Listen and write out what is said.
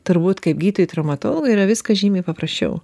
turbūt kaip gydytojui traumatologui yra viskas žymiai paprasčiau